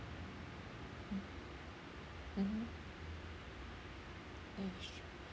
mm mmhmm okay